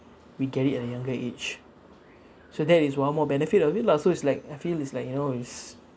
we get it at a younger age so that is one more benefit of it lah so it's like I feel it's like you know it's